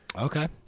Okay